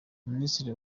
minisitiri